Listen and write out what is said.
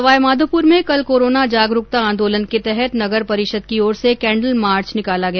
सवाई माघोपुर में कल कोरोना जागरूकता आंदोलन के तहत नगर परिषद की ओर से कैंडल मार्च निकाला गया